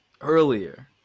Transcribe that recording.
earlier